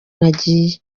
nagiye